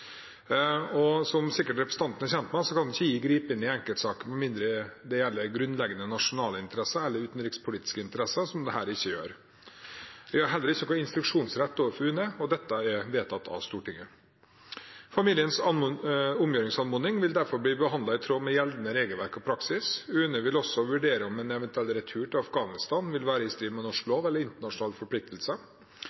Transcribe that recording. Som representanten sikkert er kjent med, kan ikke jeg gripe inn i enkeltsaker med mindre det gjelder grunnleggende nasjonale eller utenrikspolitiske interesser, noe dette ikke gjør. Jeg har heller ingen instruksjonsrett overfor UNE, og dette er vedtatt av Stortinget. Familiens omgjøringsanmodning vil derfor bli behandlet i tråd med gjeldende regelverk og praksis. UNE vil også vurdere om en eventuell retur til Afghanistan vil være i strid med norsk